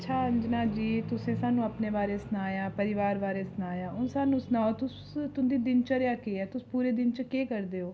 अच्छा अजंना जी तुस साह्नूं अपने बारै सनाओ परिवार बारै सनाया हून सुनाओ तुस तु'दीं दिनचर्या केह् ऐ तुस पूरे दिन च के करदे ओ